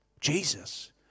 Jesus